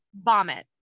Vomit